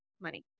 money